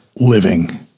living